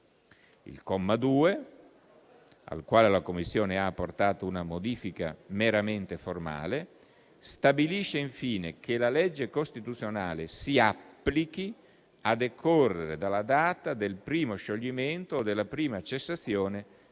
Il comma 2, al quale la Commissione ha apportato una modifica meramente formale, stabilisce infine che la legge costituzionale si applichi a decorrere dalla data del primo scioglimento o della prima cessazione delle